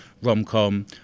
rom-com